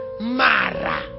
Mara